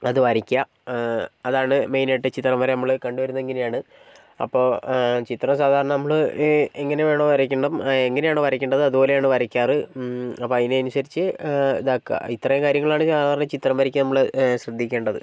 അത് വരയ്ക്കുക അതാണ് മെയിൻ ആയിട്ട് ചിത്രം വര നമ്മൾ കണ്ടുവരുന്നത് ഇങ്ങനെയാണ് അപ്പോൾ ചിത്രം സാധാരണ നമ്മൾ എങ്ങനെയാണോ വരയ്ക്കേണ്ടത് എങ്ങനെയാണോ വരയ്ക്കേണ്ടത് അതുപോലെയാണ് വരയ്ക്കാറ് അപ്പോൾ അതിന് അനുസരിച്ച് ഇതാക്കുക ഇത്രയും കാര്യങ്ങളാണ് സാധാരണ ചിത്രം വരയ്ക്കാൻ നമ്മൾ ശ്രദ്ധിക്കേണ്ടത്